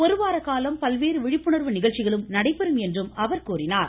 ஒருவார காலம் பல்வேறு விழிப்புணர்வு நிகழ்ச்சிகளும் நடைபெறும் என்றும் அவர் கூறினார்